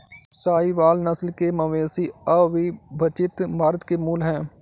साहीवाल नस्ल के मवेशी अविभजित भारत के मूल हैं